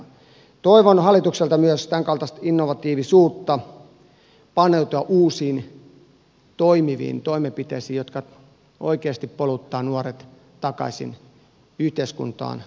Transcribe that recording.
toivon hallitukselta myös tämänkaltaista innovatiivisuutta paneutua uusiin toimiviin toimenpiteisiin jotka oikeasti poluttavat nuoret takaisin yhteiskuntaan ja työelämään